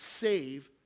save